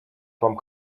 vom